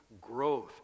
growth